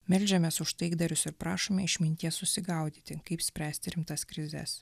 meldžiamės už taikdarius ir prašome išminties susigaudyti kaip spręsti rimtas krizes